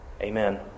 Amen